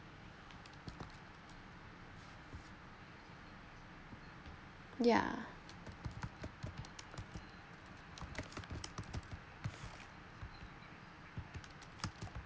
ya